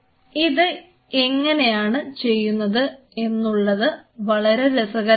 ഇത് എങ്ങനെയാണ് ചെയ്യുന്നത് എന്നുള്ളത് വളരെ രസകരമാണ്